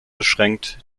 beschränkt